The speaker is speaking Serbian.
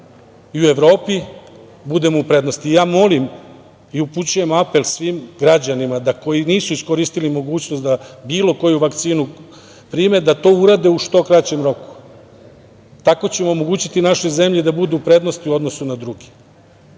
i u Evropi, i da budemo u prednosti. Ja molim i upućujem apel svim građanima koji nisu iskoristili mogućnost da bilo koju vakcinu prime, da to urade u što kraćem roku. Tako ćemo omogućiti našoj zemlji da bude u prednosti u odnosu na druge. Ono